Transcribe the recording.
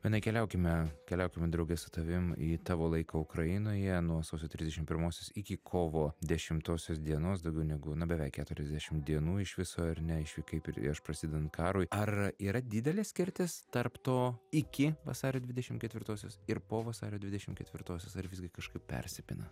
benai keliaukime keliaukime drauge su tavim į tavo laiką ukrainoje nuo sausio trisdešim pirmosios iki kovo dešimtosios dienos daugiau negu na beveik keturiasdešim dienų iš viso ar ne iš jų kaip ir prieš prasidedant karui ar yra didelė skirtis tarp to iki vasario dvidešim ketvitosios ir po vasario dvidešim ketvitosios ar visgi kažkaip persipina